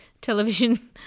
television